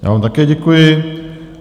Já vám také děkuji.